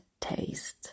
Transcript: taste